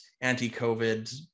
anti-COVID